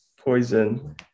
Poison